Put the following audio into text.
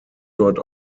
dort